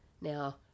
Now